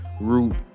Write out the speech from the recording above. root